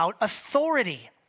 authority